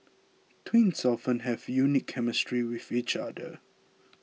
twins often have a unique chemistry with each other